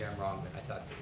wrong but i thought